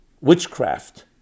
witchcraft